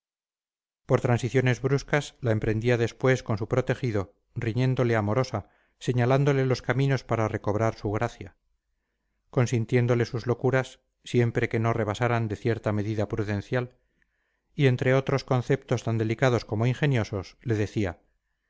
por transiciones bruscas la emprendía después con su protegido riñéndole amorosa señalándole los caminos para recobrar su gracia consintiéndole sus locuras siempre que no rebasaran de cierta medida prudencial y entre otros conceptos tan delicados como ingeniosos le decía